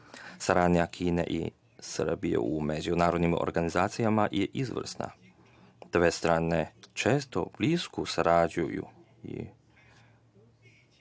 Saradnja Kine i Srbije u međunarodnim organizacijama je izvrsna. Dve strane često blisko sarađuju po